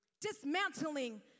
Dismantling